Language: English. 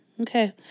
Okay